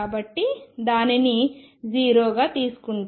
కాబట్టి దానిని 0గా తీసుకుంటాము